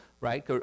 right